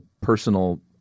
personal